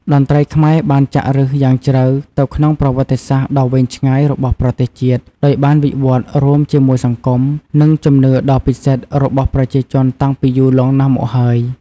តន្ត្រីខ្មែរបានចាក់ឫសយ៉ាងជ្រៅទៅក្នុងប្រវត្តិសាស្ត្រដ៏វែងឆ្ងាយរបស់ប្រទេសជាតិ ដោយបានវិវត្តន៍រួមជាមួយសង្គម និងជំនឿដ៏ពិសិដ្ឋរបស់ប្រជាជនតាំងពីយូរលង់ណាស់មកហើយ។